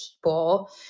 people